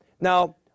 Now